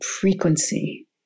frequency